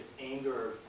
anger